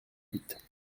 huit